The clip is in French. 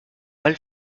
mal